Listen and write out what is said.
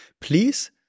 please